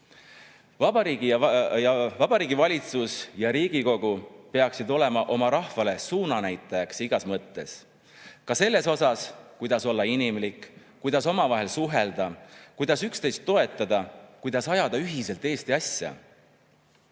Vabariigi Valitsus ja Riigikogu peaksid olema oma rahvale suunanäitajaks igas mõttes, ka selles, kuidas olla inimlik, kuidas omavahel suhelda, kuidas üksteist toetada, kuidas ajada ühiselt Eesti asja.